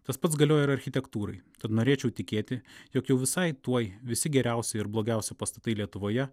tas pats galioja ir architektūrai tad norėčiau tikėti jog jau visai tuoj visi geriausi ir blogiausi pastatai lietuvoje